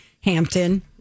Hampton